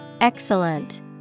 Excellent